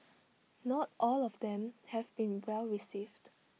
not all of them have been well received